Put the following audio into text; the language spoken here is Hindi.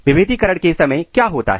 विभेदीकरण के समय क्या होता है